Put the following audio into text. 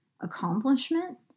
accomplishment